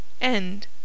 End